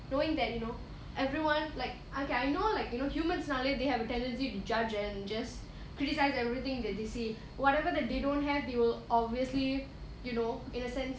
knowing that you know everyone like okay I know like you know humans னாலே:naale they have a tendency to judge and just criticise everything that they say whatever that they don't have they will obviously you know in a sense